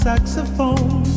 Saxophone